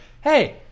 hey